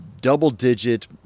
double-digit